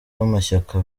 b’amashyaka